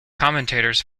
commentators